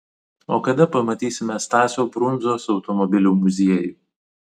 o kada pamatysime stasio brundzos automobilių muziejų